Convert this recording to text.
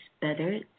better